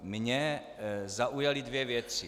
Mě zaujaly dvě věci.